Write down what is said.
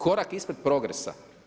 Korak ispred progresa.